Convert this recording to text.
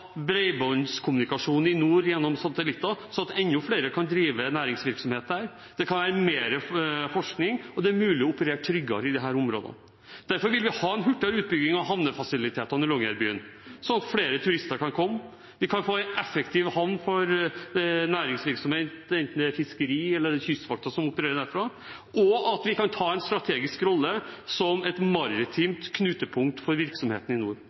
bredbåndskommunikasjon i nord gjennom satellitter, slik at enda flere kan drive næringsvirksomhet der, det kan drives mer forskning, og det er mulig å operere tryggere i disse områdene. Derfor vil vi ha hurtigere utbygging av havnefasilitetene i Longyearbyen, slik at flere turister kan komme, vi kan få en effektiv havn for næringsvirksomhet, enten det er fiskeri, eller det er Kystvakten som opererer derfra, og vi kan ta en strategisk rolle som et maritimt knutepunkt for virksomheten i nord.